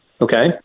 Okay